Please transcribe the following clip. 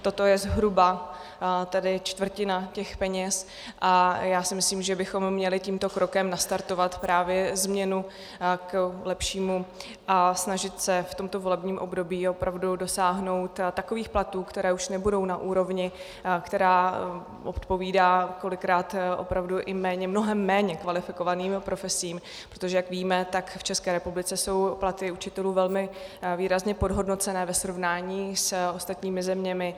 Toto je zhruba tedy čtvrtina těch peněz a já si myslím, že bychom měli tímto krokem nastartovat právě změnu k lepšímu a snažit se v tomto volebním období opravdu dosáhnout takových platů, které už nebudou na úrovni, která odpovídá kolikrát opravdu i mnohem méně kvalifikovaným profesím, protože jak víme, tak v České republice jsou platy učitelů velmi výrazně podhodnocené ve srovnání s ostatními zeměmi.